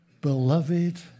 beloved